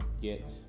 get